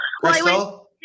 Crystal